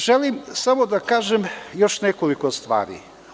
Želim samo da kažem još nekoliko stvari.